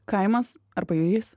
kaimas ar pajūrys